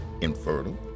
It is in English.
infertile